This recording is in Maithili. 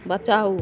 बचाउ